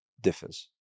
differs